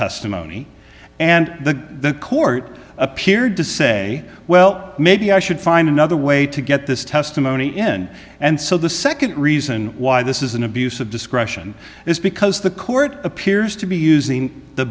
testimony and the court appeared to say well maybe i should find another way to get this testimony in and so the second reason why this is an abuse of discretion is because the court appears to be using the